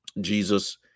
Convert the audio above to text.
Jesus